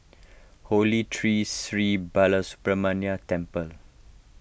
Holy Tree Sri Balasubramaniar Temple